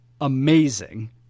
amazing